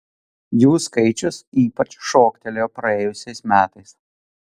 jų skaičius ypač šoktelėjo praėjusiais metais